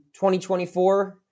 2024